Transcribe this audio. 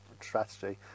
strategy